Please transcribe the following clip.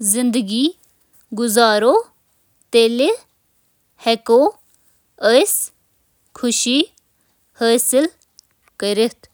زندگی ہندین واقعاتن ہندِس جوابس منز تبدیل گژھِتھ۔